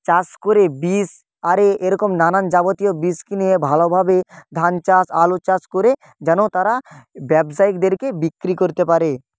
চাষ করে বীজ আরে এরকম নানান যাবতীয় বীজ কিনে ভালোভাবে ধান চাষ আলু চাষ করে যেন তারা ব্যবসায়িকদেরকে বিক্রি করতে পারে